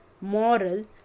moral